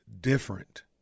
different